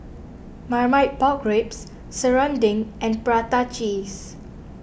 Marmite Pork Ribs Serunding and Prata Cheese